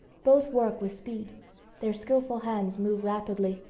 both work with speed their skilful hands move rapidly,